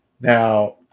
Now